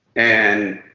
and